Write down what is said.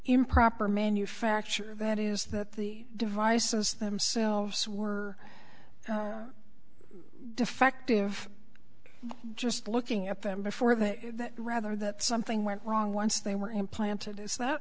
improper manufacture that is that the devices themselves were defective just looking at them before they rather that something went wrong once they were implanted i